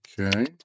Okay